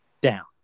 down